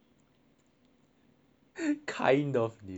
kind of news kind of